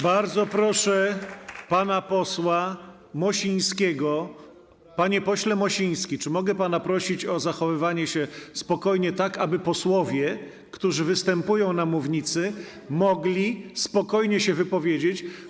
Bardzo proszę pana posła Mosińskiego: panie pośle Mosiński, czy mogę pana prosić o zachowywanie się spokojnie, tak aby posłowie, którzy występują na mównicy, mogli spokojnie się wypowiedzieć?